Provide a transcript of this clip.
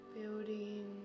Building